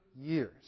years